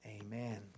Amen